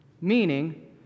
meaning